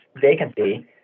vacancy